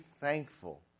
thankful